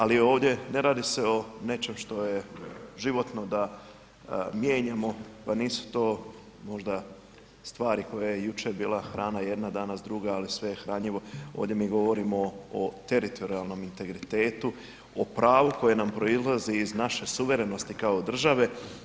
Ali ovdje ne radi se o nečem što je životno da mijenjamo pa nisu to možda stvari koje je jučer bila hrana jedna, danas druga ali sve je hranjivo, ovdje mi govorimo o teritorijalnom integritetu, o pravu koje nam proizlazi iz naše suverenosti kao države.